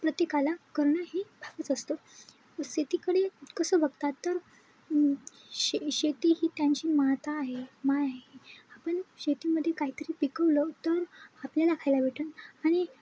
प्रत्येकाला करणं हे भागच असतो शेतीकडे कसं बघतात तर शे शेती ही त्यांची माता आहे माय आहे आपण शेतीमध्ये काहीतरी पिकवलं तर आपल्याला खायला भेटंल आणि